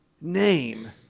name